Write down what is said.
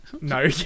No